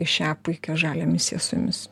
į šią puikią žalią misiją su jumis